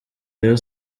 rayon